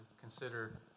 consider